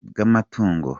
bw’amatungo